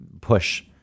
push